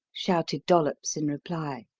shouted dollops in reply.